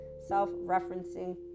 self-referencing